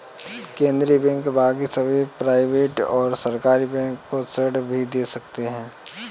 केन्द्रीय बैंक बाकी सभी प्राइवेट और सरकारी बैंक को ऋण भी दे सकते हैं